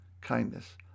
kindness